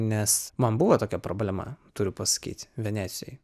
nes man buvo tokia problema turiu pasakyt venecijoje